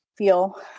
feel